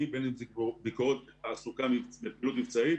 ובין אם היא ביקורת תעסוקה בפעילות מבצעית